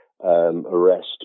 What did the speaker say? Arrest